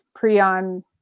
prion